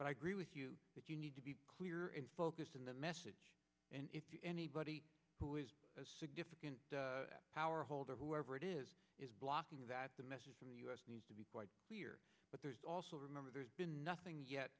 but i agree with you that you need to be clear focus on the message and anybody who is as significant power holder whoever it is is blocking that the message from the u s needs to be clear but there's also remember there's been nothing yet